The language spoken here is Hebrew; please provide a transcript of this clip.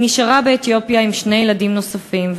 היא נשארה באתיופיה עם שני ילדים נוספים,